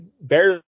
barely